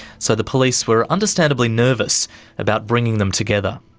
so the police were understandably nervous about bringing them together.